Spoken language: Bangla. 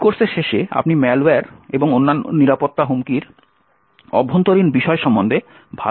এই কোর্সের শেষে আপনি ম্যালওয়্যার এবং অন্যান্য নিরাপত্তা হুমকির অভ্যন্তরীণ বিষয় সম্বন্ধে ভালো ধারণা পাওয়ার আশা করতে পারেন